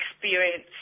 experience